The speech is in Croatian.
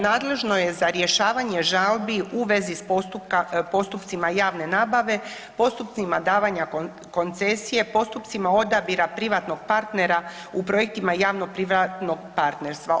Nadležno je za rješavanje žalbi u vezi s postupcima javne nabave, postupcima davanja koncesije, postupcima odabira privatnog partnera u projektima javno privatnog partnerstva.